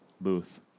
Booth